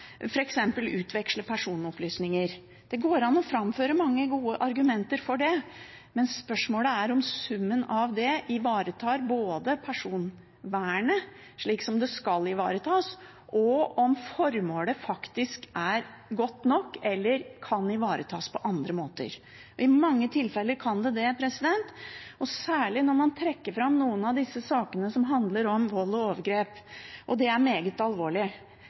utveksle personopplysninger. Det går an å framføre mange gode argumenter for det, men spørsmålet er om summen av det ivaretar personvernet, slik som det skal ivaretas, om formålet faktisk er godt nok, eller om det kan ivaretas på andre måter. I mange tilfeller kan det det, særlig når man trekker fram noen av disse sakene som handler om vold og overgrep, og det er meget alvorlig.